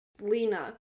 lena